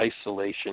isolation